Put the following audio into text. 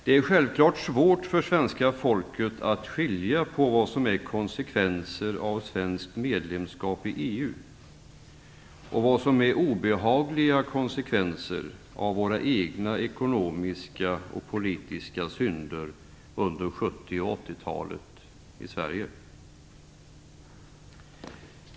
Det är självfallet svårt för svenska folket att skilja på vad som är konsekvenser av svenskt medlemskap i EU och vad som är obehagliga konsekvenser av våra egna ekonomiska och politiska synder under 70 och 80-talen i Sverige.